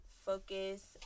focus